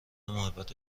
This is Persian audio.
محبت